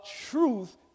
truth